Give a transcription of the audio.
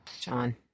John